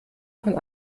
von